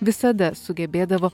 visada sugebėdavo